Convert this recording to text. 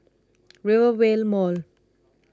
Rivervale Mall